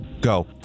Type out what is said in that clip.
Go